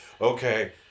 okay